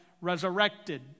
resurrected